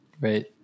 Right